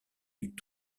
eut